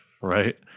right